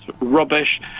rubbish